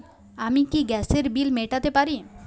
আমি কি গ্যাসের বিল মেটাতে পারি?